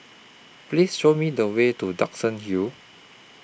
Please Show Me The Way to Duxton Hill